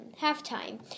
halftime